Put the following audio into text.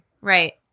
Right